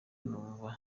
numva